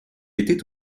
était